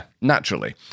naturally